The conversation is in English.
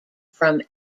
from